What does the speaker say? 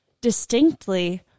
distinctly